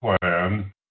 plan